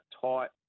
tight